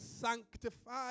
sanctify